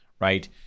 right